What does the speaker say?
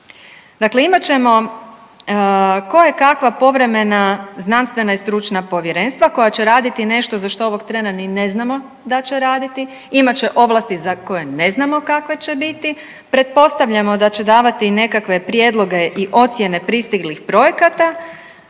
Dakle, imat ćemo koje kakva povremena znanstvena i stručna povjerenstva koja će raditi nešto za što ovog trena ni ne znamo da će raditi, imat će ovlasti za koje ne znamo kakve će biti, pretpostavljamo da će davati nekakve prijedloge i ocjene pristiglih projekata